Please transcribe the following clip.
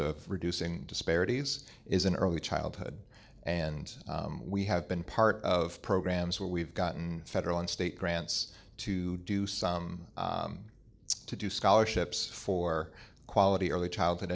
of reducing disparities is in early childhood and we have been part of programs where we've gotten federal and state grants to do some to do scholarships for quality early childhood